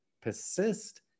persist